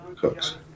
cooks